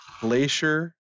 glacier